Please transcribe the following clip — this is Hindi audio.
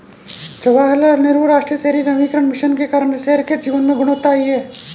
जवाहरलाल नेहरू राष्ट्रीय शहरी नवीकरण मिशन के कारण शहर के जीवन में गुणवत्ता आई